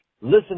listen